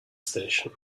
station